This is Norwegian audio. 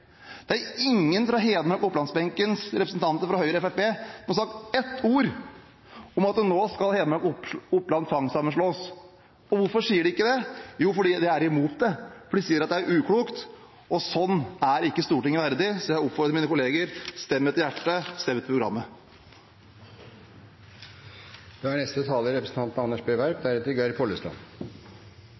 Det er ingen av Hedmark- og Oppland-benkens representanter fra Høyre og Fremskrittspartiet som har sagt ett ord om at nå skal Hedmark og Oppland tvangssammenslås. Og hvorfor sier de ikke det? Jo, fordi de er imot det, fordi de sier det er uklokt. Slikt er ikke Stortinget verdig, så jeg oppfordrer mine kolleger: Stem etter hjertet, stem etter programmet. Mye er